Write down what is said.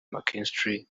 mckinstry